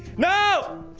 no